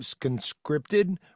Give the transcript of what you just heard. conscripted